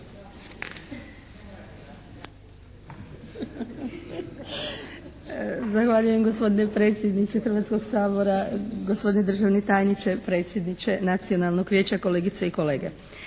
Zahvaljujem gospodine predsjedniče Hrvatskog sabora, gospodine državni tajniče, predsjedniče Nacionalnog vijeća, kolegice i kolege.